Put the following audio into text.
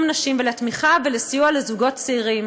נשים ולתמיכה ולסיוע לזוגות צעירים,